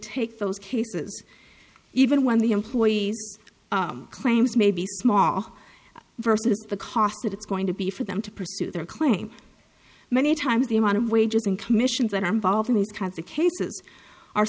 take those cases even when the employee's claims may be small versus the cost it's going to be for them to pursue their claim many times the amount of wages and commissions that are involved in these kinds of cases are